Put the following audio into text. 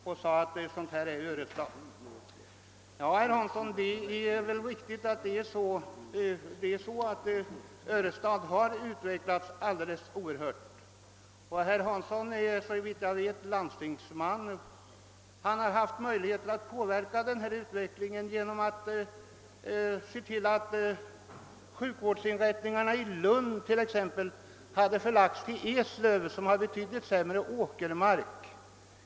Ja, herr Hansson, det är riktigt att Örestad har utvecklats oerhört. Herr Hansson är såvitt jag vet landstingsman. Han har haft möjlighet att påverka denna utveckling genom att se till att sjukvårdsinrättningarna i Lund t.ex. hade förlagts till Eslöv där åkermarken är betydligt sämre.